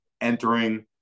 entering